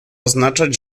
oznaczać